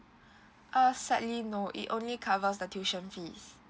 uh sadly no it only covers the tuition fees